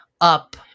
up